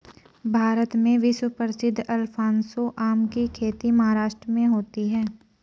भारत में विश्व प्रसिद्ध अल्फांसो आम की खेती महाराष्ट्र में होती है